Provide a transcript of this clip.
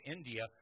India